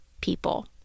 people